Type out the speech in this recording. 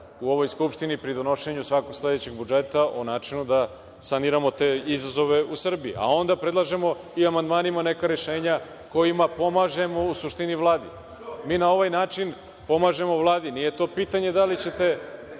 u ovoj Skupštini pri donošenju svakog sledećeg budžeta, o načinu da saniramo te izazove u Srbiji. A onda predlažemo i amandmanima neka rešenja kojima pomažemo u suštini Vladi. Mi na ovaj način pomažemo Vladi. Nije to pitanje da li ćete